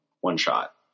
one-shot